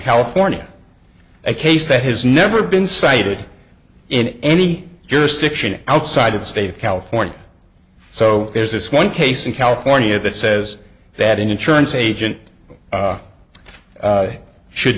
california a case that has never been cited in any jurisdiction outside of the state of california so there's this one case in california that says that an insurance agent